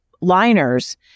liners